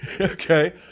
okay